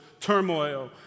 turmoil